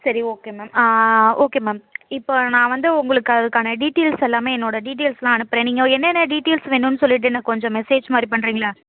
சரி okay ma'am okay ma'am இப்போ நான் வந்து உங்களுக்கு அதற்கான டீட்டெயில்ஸ் எல்லாமே என்னோட டீட்டெயில்ஸ்லாம் அனுப்புறேன்னீங்க என்னென்ன டீட்டெயில்ஸ் வேணுன்னு சொல்லிவிட்டு எனக்கு கொஞ்சம் மெசேஜ் மாதிரி பண்ணுறீங்களா